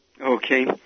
Okay